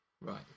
Right